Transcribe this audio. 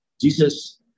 Jesus